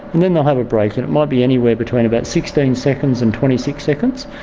and then they'll have a break and it might be anywhere between about sixteen seconds and twenty six seconds,